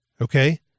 okay